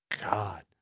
God